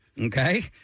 okay